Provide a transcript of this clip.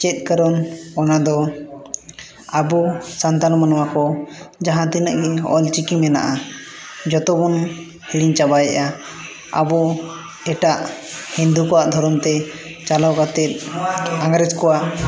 ᱪᱮᱫ ᱠᱟᱨᱚᱱ ᱚᱱᱟ ᱫᱚ ᱟᱵᱚ ᱥᱟᱱᱛᱟᱲ ᱢᱟᱱᱚᱣᱟ ᱠᱚ ᱡᱟᱦᱟᱸ ᱛᱤᱱᱟᱹᱜ ᱫᱤᱱ ᱚᱞ ᱪᱤᱠᱤ ᱢᱮᱱᱟᱜᱼᱟ ᱡᱚᱛᱚ ᱵᱚᱱ ᱦᱤᱲᱤᱧ ᱪᱟᱵᱟᱭᱮᱜᱼᱟ ᱟᱵᱚ ᱮᱴᱟᱜ ᱦᱤᱱᱫᱩ ᱠᱚᱣᱟᱜ ᱫᱷᱚᱨᱚᱛᱮ ᱪᱟᱞᱟᱣ ᱠᱟᱛᱮᱫ ᱤᱝᱨᱮᱡᱽ ᱠᱚᱣᱟᱜ